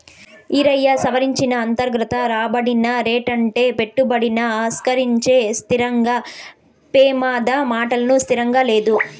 ఈరయ్యా, సవరించిన అంతర్గత రాబడి రేటంటే పెట్టుబడిని ఆకర్సించే ఆర్థిక పెమాదమాట సిత్రంగా లేదూ